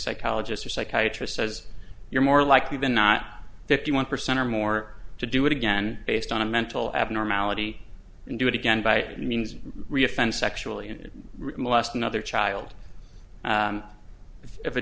psychologist or psychiatrist says you're more likely than not fifty one percent or more to do it again based on a mental abnormality and do it again by means reoffend sexually and asked another child